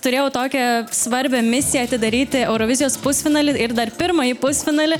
turėjau tokią svarbią misiją atidaryti eurovizijos pusfinalį ir dar pirmąjį pusfinalį